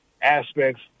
aspects